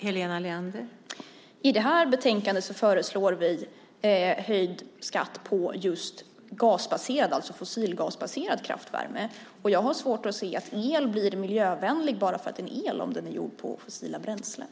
Fru talman! I detta betänkande föreslår vi höjd skatt på just fossilgasbaserad kraftvärme. Jag har svårt att se att el blir miljövänlig bara för att det är el om den är gjord på fossila bränslen.